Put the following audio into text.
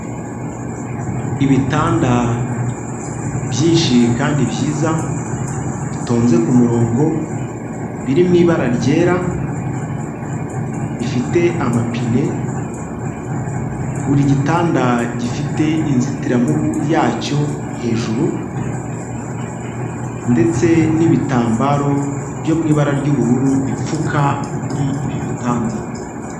Ibitanda byinshi, kandi byiza. Bitonze ku murongo. biri mu ibara ryera, bifite amapine, buri gitanda gifite inzitiramubu yacyo hejuru, ndetse n'ibitambaro byo mu ibara ry'ubururu, bipfuka kuri ibyo bitanda.